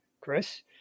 Chris